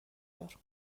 دار